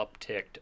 upticked